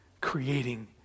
creating